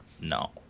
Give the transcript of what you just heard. No